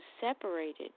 separated